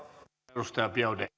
arvoisa